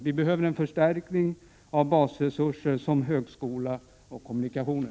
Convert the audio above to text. Vi behöver en förstärkning av basresurserna, såsom högskola och kommunikationer.